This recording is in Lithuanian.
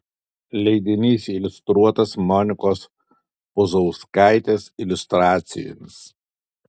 leidinys iliustruotas monikos puzauskaitės iliustracijomis